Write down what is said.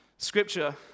Scripture